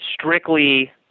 strictly